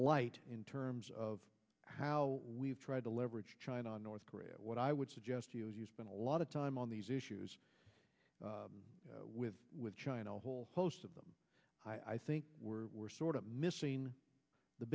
light in terms of how we've tried to leverage china north korea what i would suggest you use been a lot of time on these issues with with china a whole host of them i think we're we're sort of missing the